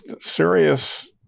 serious